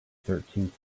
thirteenth